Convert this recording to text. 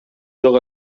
жок